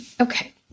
okay